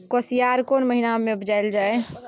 कोसयार कोन महिना मे उपजायल जाय?